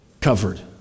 covered